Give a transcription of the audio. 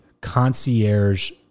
concierge